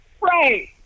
Right